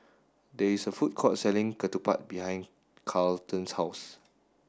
there is a food court selling Ketupat behind Carleton's house